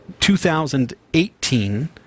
2018